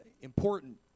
important